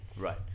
Right